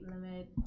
limit